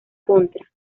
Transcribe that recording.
contra